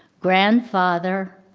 grandfather,